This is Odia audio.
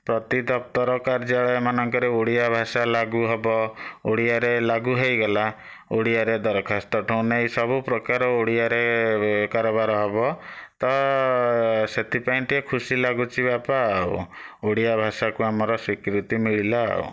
ପ୍ରତି ଦପ୍ତର କାର୍ଯ୍ୟାଳୟମାନଙ୍କରେ ଓଡ଼ିଆ ଭାଷା ଲାଗୁ ହେବ ଓଡ଼ିଆରେ ଲାଗୁ ହୋଇଗଲା ଓଡ଼ିଆରେ ଦରଖାସ୍ତଠୁ ନେଇ ସବୁପ୍ରକାର ଓଡ଼ିଆରେ କାରବାର ହେବ ତ ସେଥିପାଇଁ ଟିକିଏ ଖୁସି ଲାଗୁଛି ବାପା ଆଉ ଓଡ଼ିଆ ଭାଷାକୁ ଆମର ସ୍ୱୀକୃତି ମିଳିଲା ଆଉ